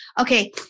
okay